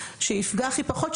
שיפגע הכי פחות,